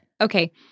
Okay